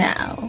Now